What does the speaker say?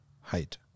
height